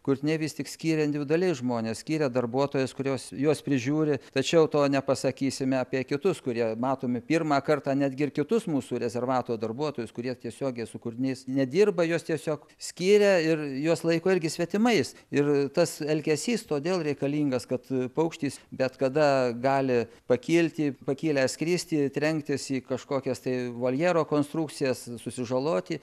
kurtiniai vistik skiria individualiai žmones skiria darbuotojas kurios juos prižiūri tačiau to nepasakysime apie kitus kurie matomi pirmą kartą netgi ir kitus mūsų rezervato darbuotojus kurie tiesiogiai su kurtiniais nedirba juos tiesiog skiria ir juos laiko irgi svetimais ir tas elgesys todėl reikalingas kad paukštis bet kada gali pakilti pakilęs skristi trenktis į kažkokias tai voljero konstrukcijas susižaloti